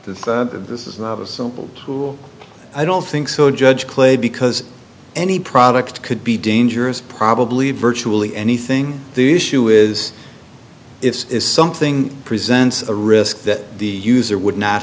basis of this is not a simple tool i don't think so judge clay because any product could be dangerous probably virtually anything the issue is if it's something presents a risk that the user would not